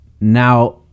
Now